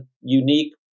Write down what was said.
unique